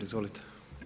Izvolite.